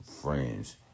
friends